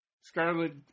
Scarlet